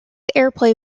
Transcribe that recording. airplay